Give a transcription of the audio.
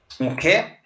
Okay